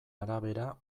arabera